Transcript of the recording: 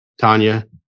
Tanya